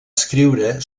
escriure